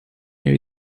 mil